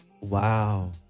wow